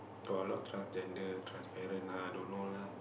got a lot transgender transparent ah don't know lah